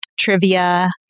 trivia